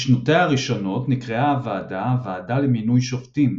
בשנותיה הראשונות נקראה הוועדה "הוועדה למינוי שופטים",